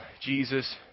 Jesus